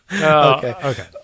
okay